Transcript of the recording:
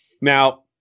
now